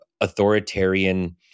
authoritarian